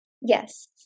yes